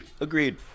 Agreed